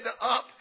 up